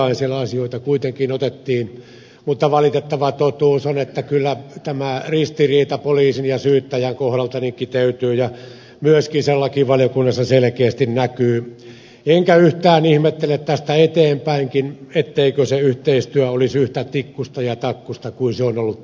me joitain asioita siellä kuitenkin otimme mutta valitettava totuus on että kyllä tämä ristiriita poliisin ja syyttäjän kohdalta kiteytyy tässä ja myöskin se lakivaliokunnassa selkeästi näkyy enkä yhtään ihmettele tästä eteenpäinkään etteikö se yhteistyö olisi yhtä tikkuista ja takkuista kuin se on ollut tähän asti